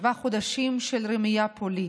שבעה חודשים של רמייה פוליטית,